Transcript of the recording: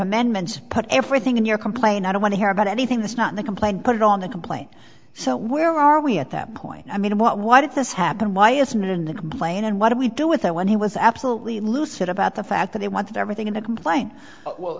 amendments put everything in your complaint i don't want to hear about anything that's not the complaint put it on the complaint so where are we at that point i mean what why did this happen why isn't it in the complaint and what do we do with it when he was absolutely lucid about the fact that he wanted everything in the complain